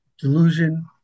delusion